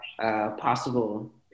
possible